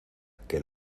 que